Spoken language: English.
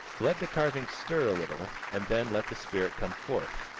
let the carving stir a little, and then let the spirit come forth,